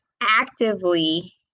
actively